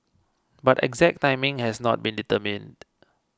but exact timing has not been determined